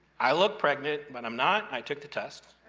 i look pregnant, but i'm not. i took the tests.